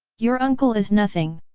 your uncle is nothing!